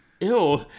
Ew